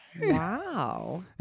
Wow